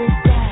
back